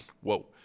whoa